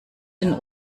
den